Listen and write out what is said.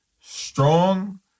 strong